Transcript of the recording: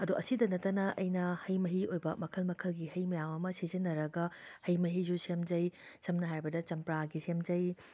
ꯑꯗꯣ ꯑꯁꯤꯗ ꯅꯠꯇꯅ ꯑꯩꯅ ꯍꯩ ꯃꯍꯤ ꯑꯣꯏꯕ ꯃꯈꯜ ꯃꯈꯜꯒꯤ ꯍꯩ ꯃꯌꯥꯝ ꯑꯃ ꯁꯤꯖꯤꯟꯅꯔꯒ ꯍꯩ ꯃꯍꯤꯁꯨ ꯁꯦꯝꯖꯩ ꯁꯝꯅ ꯍꯥꯏꯔꯕꯗ ꯆꯝꯄ꯭ꯔꯥꯒꯤ ꯁꯦꯝꯖꯩ